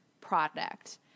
product